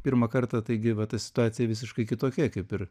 pirmą kartą taigi va ta situacija visiškai kitokia kaip ir